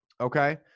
okay